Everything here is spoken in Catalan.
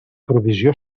provisió